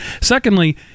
Secondly